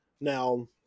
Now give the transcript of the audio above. Now